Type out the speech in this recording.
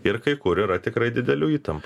ir kai kur yra tikrai didelių įtampų